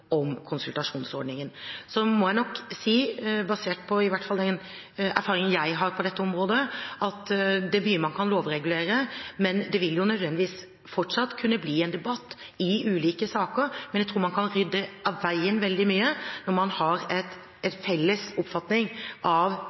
om konsultasjonsordningen så snart som mulig. Så må jeg nok si, i hvert fall basert på den erfaringen jeg har på dette området, at det er mye man kan lovregulere, men at det nødvendigvis fortsatt vil kunne bli en debatt i ulike saker. Jeg tror man kan rydde av veien veldig mye når man har en felles oppfatning av